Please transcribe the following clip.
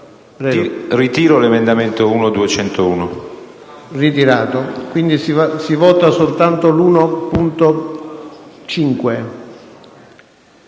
ritiro l’emendamento 1.201